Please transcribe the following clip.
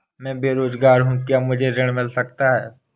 मैं बेरोजगार हूँ क्या मुझे ऋण मिल सकता है?